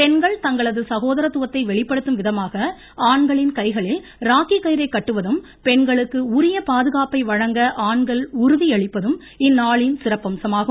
பெண்கள் தங்கள் சகோதரத்துவத்தை வெளிப்படுத்தும் விதமாக ஆண்களின் கைகளில் ராக்கி கயிறை கட்டுவதும் பெண்களுக்கு உரிய பாதுகாப்பை வழங்க ஆண்கள் உறுதியளிப்பதும் இந்நாளின் சிறப்பம்சமாகும்